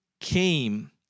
came